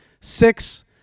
six